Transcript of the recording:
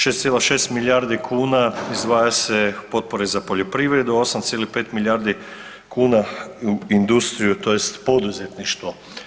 6,6 milijardi kn izdvaja se potpore za poljoprivredu, 8,5 milijardi kn u industriju tj. poduzetništvo.